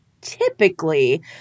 Typically